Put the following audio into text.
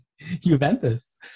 Juventus